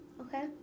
okay